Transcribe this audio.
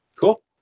Cool